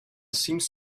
seems